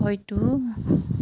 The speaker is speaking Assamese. হয়তো